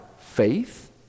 faith